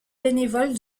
bénévole